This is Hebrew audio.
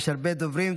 יש הרבה דוברים.